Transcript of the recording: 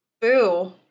Boo